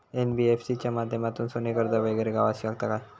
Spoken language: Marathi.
एन.बी.एफ.सी च्या माध्यमातून सोने कर्ज वगैरे गावात शकता काय?